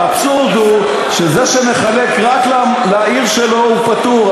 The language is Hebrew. האבסורד הוא שזה שמחלק רק לעיר שלו, הוא פטור.